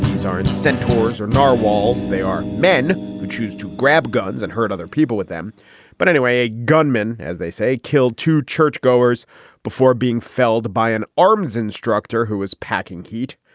zorin centaurs or nahh walls. they are men who choose to grab guns and hurt other people with them but anyway, a gunman, as they say, killed two churchgoers before being felled by an arms instructor who was packing heat.